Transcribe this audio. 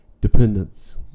dependence